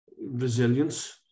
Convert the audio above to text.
Resilience